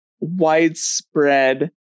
widespread